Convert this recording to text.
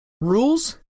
Rules